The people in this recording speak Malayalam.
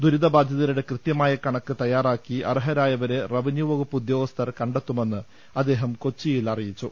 ദുരിതബാധിതരുടെ കൃത്യമായ കണക്ക് തയ്യാറാക്കി അർഹരായവരെ റവന്യൂ വകുപ്പ് ഉദ്യോഗ സ്ഥർ കണ്ടെത്തുമെന്ന് അദ്ദേഹം കൊച്ചിയിൽ അറിയിച്ചു